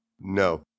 No